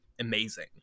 amazing